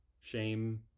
shame